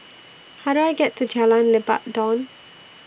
How Do I get to Jalan Lebat Daun